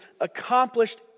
accomplished